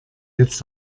jetzt